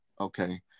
Okay